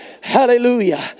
Hallelujah